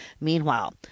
Meanwhile